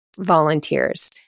volunteers